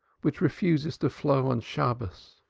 which refuses to flow on shabbos.